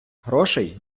грошей